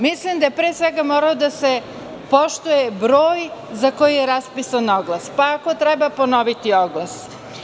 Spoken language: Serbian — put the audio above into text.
Mislim da je pre svega morao da se poštuje broj za koji je raspisan oglas, pa ako treba ponoviti oglas.